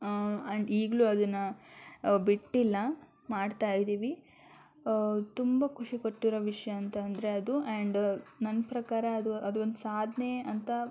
and ಈಗಲೂ ಅದನ್ನು ಬಿಟ್ಟಿಲ್ಲ ಮಾಡ್ತಾ ಇದ್ದೀವಿ ತುಂಬ ಖುಷಿ ಕೊಟ್ಟಿರೋ ವಿಷಯ ಅಂತ ಅಂದರೆ ಅದು ಆ್ಯಂಡ್ ನನ್ನ ಪ್ರಕಾರ ಅದು ಅದು ಒಂದು ಸಾಧನೆ ಅಂತ